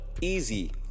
Easy